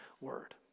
word